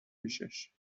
پیشش